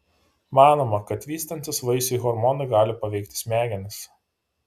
manoma kad vystantis vaisiui hormonai gali paveikti smegenis